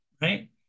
right